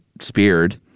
speared